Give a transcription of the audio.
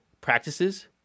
practices